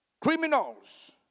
Criminals